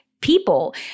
people